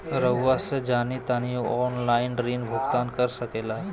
रहुआ से जाना तानी ऑनलाइन ऋण भुगतान कर सके ला?